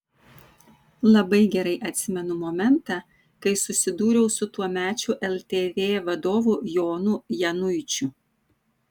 labai gerai atsimenu momentą kai susidūriau su tuomečiu ltv vadovu jonu januičiu